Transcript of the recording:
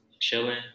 chilling